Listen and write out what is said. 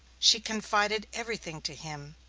she confided every thing to him,